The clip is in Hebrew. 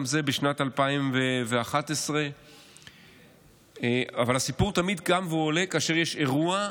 גם זה בשנת 2011. הסיפור תמיד קם ועולה כאשר יש אירוע,